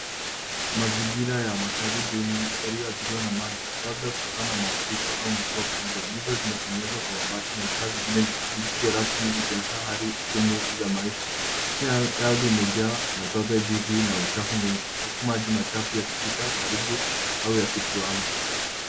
Mazingira ya makazi duni yaliyoathiriwa na maji, labda kutokana na mafuriko au mvua kubwa. Nyumba zimetengenezwa kwa mabati na vifaa vingine visivyo rasmi zikionyesha hali ngumu za maisha. Cha ya ardhi imejaa na tope jingi na uchafu mwingi huku maji machafu yakipita karibu au yakituama.